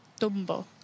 Tumbo